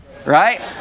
Right